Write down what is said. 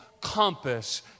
compass